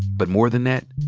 but more than that,